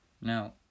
Now